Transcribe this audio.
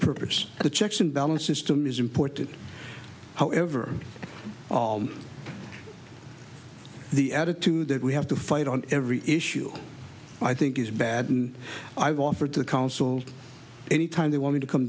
purpose the checks and balances to me is important however the attitude that we have to fight on every issue i think is bad and i've offered to counsel any time they want me to come